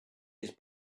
his